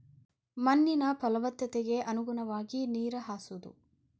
ಮಣ್ಣಿನ ಪಲವತ್ತತೆಗೆ ಅನುಗುಣವಾಗಿ ನೇರ ಹಾಸುದು